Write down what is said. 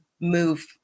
move